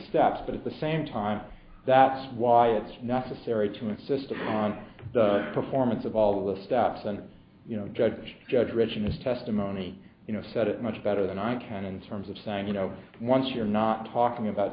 steps but at the same time that's why it's necessary to insist on the performance of all of the steps and judge judge rich in this testimony you know said it much better than i can in terms of saying you know once you're not talking about